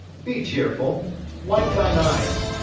be cheerful wipe thine eyes.